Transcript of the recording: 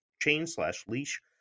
chain-slash-leash